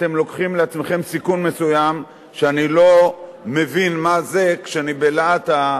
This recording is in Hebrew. אתם לוקחים לעצמכם סיכון מסוים שאני לא מבין מה זה כשאני בלהט הדיבור.